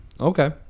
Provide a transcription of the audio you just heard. okay